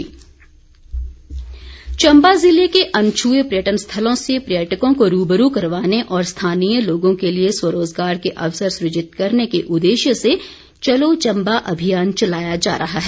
चंबा अभियान चंबा जिले के अनछ्ए पर्यटन स्थलों से पर्यटकों को रूबरू करवाने और स्थानीय लोगों के लिए स्वरोजगार के अवसर सुजित करने के उददेश्य से चलो चंबा अभियान चलाया जा रहा है